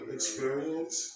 Experience